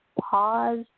pause